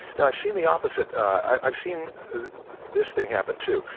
and i have seen the opposite. i have seen this thing happened too,